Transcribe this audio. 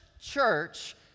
church